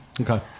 Okay